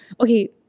Okay